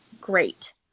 great